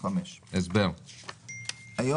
שאלו פסקאות (2)